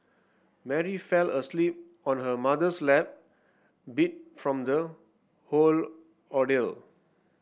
Mary fell asleep on her mother's lap beat from the whole ordeal